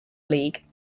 league